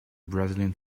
brazilian